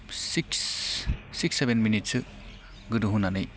six six seven मिनिटसो गोदौ होनानै